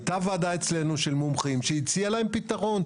הייתה ועדה אצלנו של מומחים שהציעה להם פתרון.